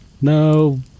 No